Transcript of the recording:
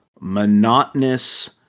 monotonous